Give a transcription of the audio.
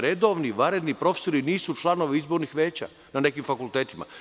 Redovni, vanredni profesori nisu članovi izbornih veća na nekim fakultetima.